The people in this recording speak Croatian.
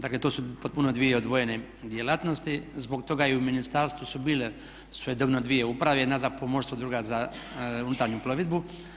Dakle to su potpuno dvije odvojene djelatnosti, zbog toga i u ministarstvu su bile svojedobno dvije uprave, jedna za pomorsko druga za unutarnju plovidbu.